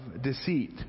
deceit